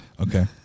Okay